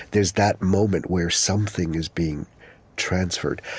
there's that moment where something is being transferred.